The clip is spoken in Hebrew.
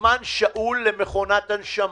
זמן שאול למכונת הנשמה.